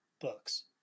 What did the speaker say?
books